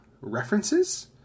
references